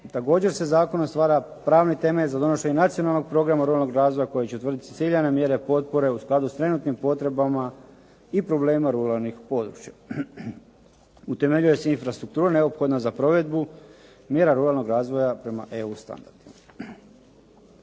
Također se zakonom stvara pravni temelj za donošenje nacionalnog programa ruralnog razvoja koji će utvrditi ciljane mjere potpore u skladu s trenutnim potrebama i problemima ruralnih područja. Utemeljuje se infrastruktura neophodna za provedbu mjera ruralnog razvoja prema EU standardima.